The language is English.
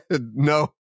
No